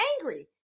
angry